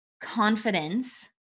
confidence